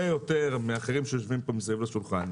יותר מאחרים שיושבים פה מסביב לשולחן,